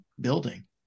building